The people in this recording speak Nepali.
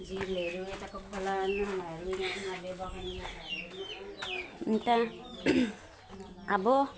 अन्त अब